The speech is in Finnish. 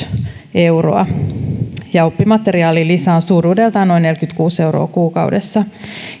euroa ja oppimateriaalilisä on suuruudeltaan noin neljäkymmentäkuusi euroa kuukaudessa